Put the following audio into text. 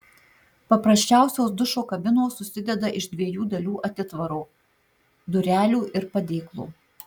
paprasčiausios dušo kabinos susideda iš dviejų dalių atitvaro durelių ir padėklo